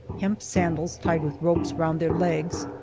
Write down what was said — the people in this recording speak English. hemp sandals, tied with ropes round their legs,